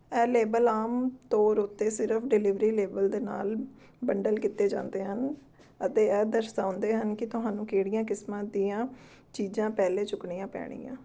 ਇਹ ਲੇਬਲ ਆਮ ਤੌਰ ਉੱਤੇ ਸਿਰਫ ਡਿਲੀਵਰੀ ਲੇਬਲ ਦੇ ਨਾਲ ਬੰਡਲ ਕੀਤੇ ਜਾਂਦੇ ਹਨ ਅਤੇ ਇਹ ਦਰਸਾਉਂਦੇ ਹਨ ਕਿ ਤੁਹਾਨੂੰ ਕਿਹੜੀਆਂ ਕਿਸਮਾਂ ਦੀਆਂ ਚੀਜ਼ਾਂ ਪਹਿਲੇ ਚੁੱਕਣੀਆਂ ਪੈਣਗੀਆਂ